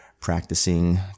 practicing